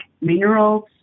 minerals